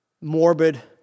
morbid